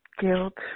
Guilt